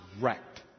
wrecked